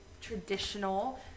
traditional